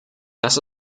das